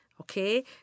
Okay